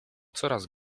coraz